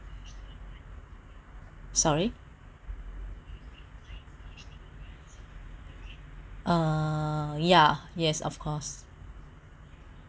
sorry uh ya yes of course